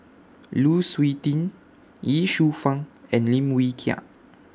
Lu Suitin Ye Shufang and Lim Wee Kiak